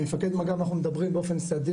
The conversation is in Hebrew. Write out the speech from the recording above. עם מפקד מג"ב אנחנו מדברים באופן סדיר,